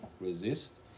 resist